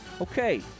Okay